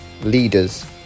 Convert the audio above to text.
Leaders